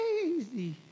crazy